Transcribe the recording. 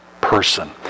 person